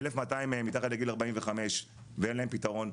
1,200 מתחת לגיל 45 ואין להם פתרון.